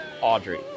audrey